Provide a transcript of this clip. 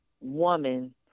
woman